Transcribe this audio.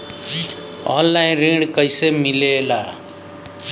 Online ऋण कैसे मिले ला?